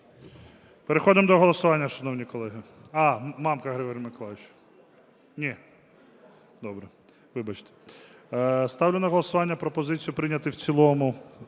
Переходимо до голосування. Шановні колеги,